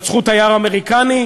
רצחו תייר אמריקני,